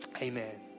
Amen